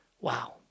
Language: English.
Wow